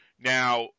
now